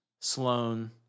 Sloane